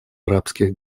арабских